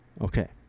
Okay